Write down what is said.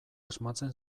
asmatzen